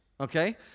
Okay